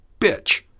bitch